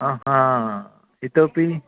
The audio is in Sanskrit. आ हा इतोपि